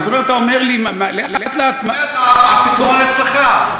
זאת אומרת, אתה אומר לי, לאט-לאט, הפתרון אצלך.